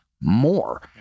more